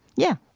yeah,